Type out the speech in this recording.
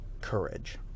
courage